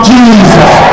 Jesus